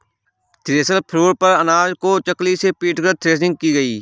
thresher floor पर अनाज को चकली से पीटकर थ्रेसिंग की गई